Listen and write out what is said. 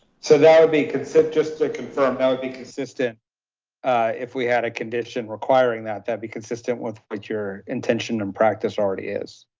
so that would be consent just to confirm that would be consistent if we had a condition requiring that, that be consistent with what your intention and practice already is.